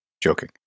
joking